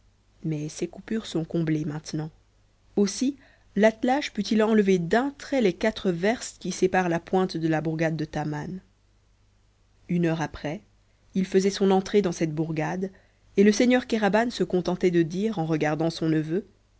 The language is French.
mais ces coupures sont comblées maintenant aussi l'attelage put-il enlever d'un trait les quatres verstes qui séparent la pointe de la bourgade de taman une heure après il faisait son entrée dans cette bourgade et le seigneur kéraban se contentait de dire en regardant son neveu